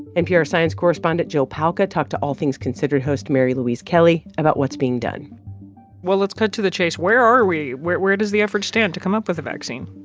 npr science correspondent joe palca talked to all things considered host mary louise kelly about what's being done well, let's cut to the chase. where are we? where where does the effort stand to come up with a vaccine?